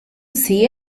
see